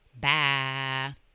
Bye